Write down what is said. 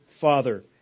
father